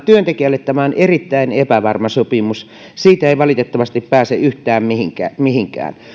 työntekijälle tämä on erittäin epävarma sopimus siitä ei valitettavasti pääse yhtään mihinkään